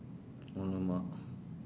!alamak!